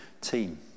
team